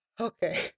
Okay